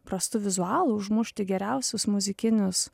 prastu vizualu užmušti geriausius muzikinius